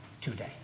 today